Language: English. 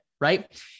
right